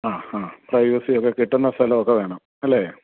ആ ആ പ്രൈവസിയൊക്കെ കിട്ടുന്ന സ്ഥലവൊക്കെ വേണം അല്ലേ